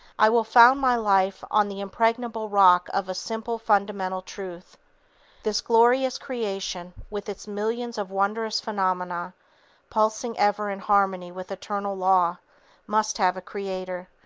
i will found my life on the impregnable rock of a simple fundamental truth this glorious creation with its millions of wondrous phenomena pulsing ever in harmony with eternal law must have a creator,